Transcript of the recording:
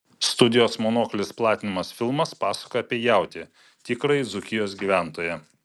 studijos monoklis platinamas filmas pasakoja apie jautį tikrąjį dzūkijos gyventoją